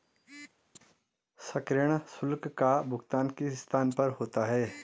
सक्रियण शुल्क का भुगतान किस स्थान पर होता है?